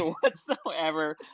whatsoever